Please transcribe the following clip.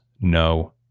No